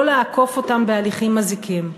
לא לעקוף אותם בהליכים מזיקים.